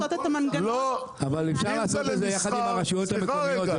אבל אפשר לעשות את זה יחד עם הרשויות המקומיות,